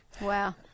Wow